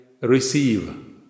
receive